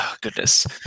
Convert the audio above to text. goodness